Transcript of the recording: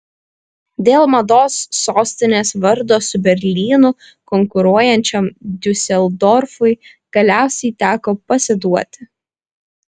dėl mados sostinės vardo su berlynu konkuruojančiam diuseldorfui galiausiai teko pasiduoti